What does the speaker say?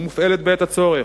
ומופעלת בעת הצורך.